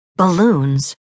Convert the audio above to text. Balloons